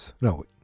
No